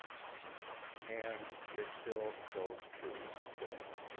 and it still goes true today.